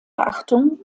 achtung